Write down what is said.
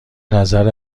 نظر